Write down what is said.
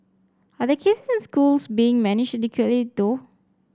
are the case in schools being managed adequately though